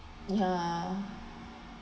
ya